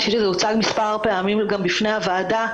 זה הוצג מספר פעמים גם בפני הוועדה,